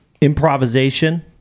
improvisation